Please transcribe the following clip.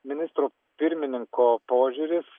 ministro pirmininko požiūris